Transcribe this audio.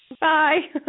Bye